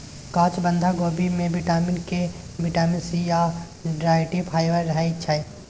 काँच बंधा कोबी मे बिटामिन के, बिटामिन सी या डाइट्री फाइबर रहय छै